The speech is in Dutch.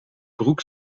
broek